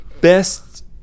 best